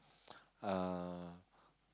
uh